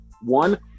One